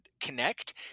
connect